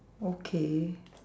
okay